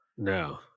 No